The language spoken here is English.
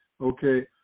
okay